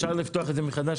אפשר לפתוח את זה פה מחדש?